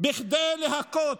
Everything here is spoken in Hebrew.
כדי להכות,